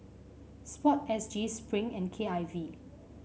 sport S G Spring and K I V